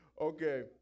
Okay